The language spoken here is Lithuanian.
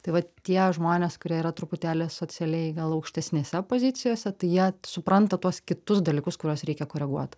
tai vat tie žmonės kurie yra truputėlį socialiai gal aukštesnėse pozicijose tai jie supranta tuos kitus dalykus kuriuos reikia koreguot